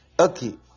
Okay